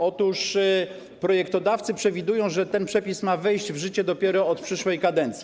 Otóż projektodawcy przewidują, że ten przepis ma wejść w życie dopiero od przyszłej kadencji.